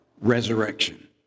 resurrection